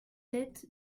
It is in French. sept